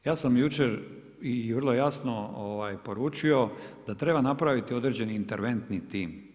Ja sam jučer i vrlo jasno poručio, da treba napraviti određeni interventni tim.